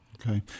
okay